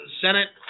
Senate